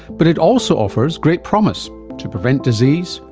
but it also offers great promise to prevent disease,